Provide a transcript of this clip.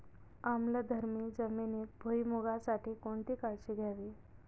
आम्लधर्मी जमिनीत भुईमूगासाठी कोणती काळजी घ्यावी?